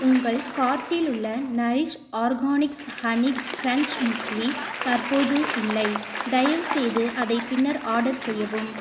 உங்கள் கார்ட்டில் உள்ள Nourish Organics honey crunch muesli தற்போது இல்லை தயவுசெய்து அதை பின்னர் ஆர்டர் செய்யவும்